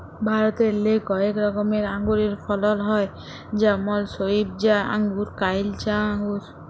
ভারতেল্লে কয়েক রকমের আঙুরের ফলল হ্যয় যেমল সইবজা আঙ্গুর, কাইলচা আঙ্গুর